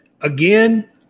again